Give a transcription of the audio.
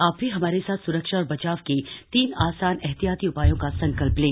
आप भी हमारे साथ सुरक्षा और बचाव के तीन आसान उपायों का संकल्प लें